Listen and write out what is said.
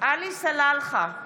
עלי סלאלחה,